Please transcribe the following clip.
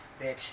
bitch